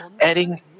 adding